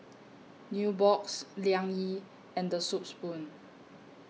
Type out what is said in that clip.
Nubox Liang Yi and The Soup Spoon